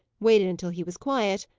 waited until he was quiet,